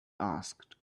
asked